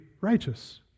righteous